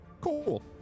Cool